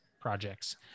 projects